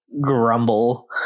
grumble